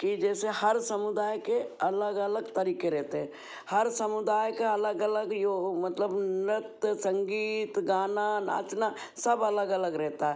कि जैसे हर समुदाय के अलग अलग तरीके रहते हैं हर समुदाय का अलग अलग यो हो मतलब नृत्य संगीत गाना नाचना सब अलग अलग रहता है